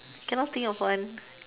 cannot think of one